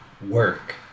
work